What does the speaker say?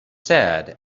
sad